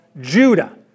Judah